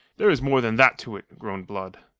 there is more than that to it, groaned blood.